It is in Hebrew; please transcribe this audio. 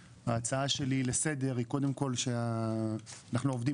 ההצעה שלי לסדר היא קודם כול שאנחנו עובדים